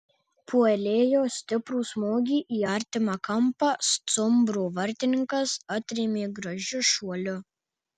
puolėjo stiprų smūgį į artimą kampą stumbro vartininkas atrėmė gražiu šuoliu